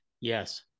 yes